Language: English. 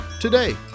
today